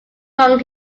wrong